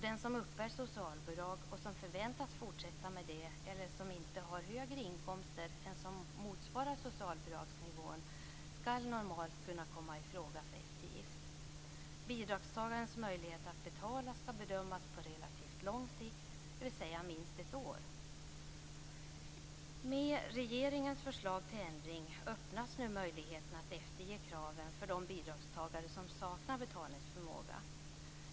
Den som uppbär socialbidrag och som förväntas fortsätta med det eller som inte har högre inkomster än som motsvarar socialbidragsnivån skall normalt kunna komma i fråga för eftergift. Bidragstagarens möjlighet att betala skall bedömas på relativt lång sikt, dvs. minst ett år. Med regeringens förslag till ändring öppnas nu möjligheten att efterge kraven för de bidragstagare som saknar betalningsförmåga.